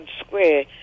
Square